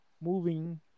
moving